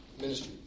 ministry